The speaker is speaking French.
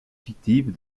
fictive